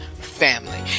family